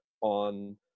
on